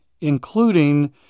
including